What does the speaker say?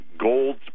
Gold